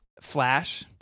Flash